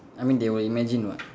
I mean they will imagine what